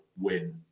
win